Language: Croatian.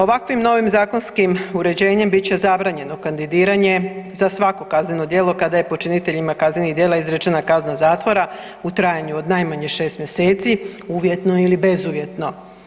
Ovakvim novim zakonskim uređenjem bit će zabranjeno kandidiranje za svako kazneno djelo kada je počiniteljima kaznenih djela izrečena kazna zatvora u trajanju od najmanje 6 mjeseci uvjetno ili bezuvjetno.